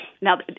Now